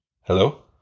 Hello